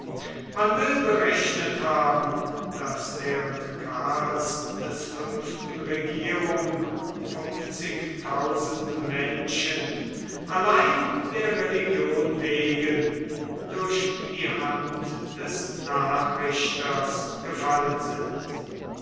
man will berechnet haben daß während karls des fünften regierung fünfzigtausend menschen allein der religion wegen durch die hand des nachrichters gefallen sind